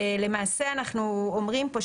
למעשה אנחנו אומרים פה,